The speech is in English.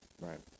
Right